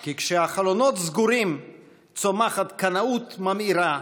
כי כשהחלונות סגורים צומחת קנאות ממאירה,